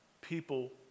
people